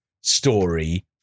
story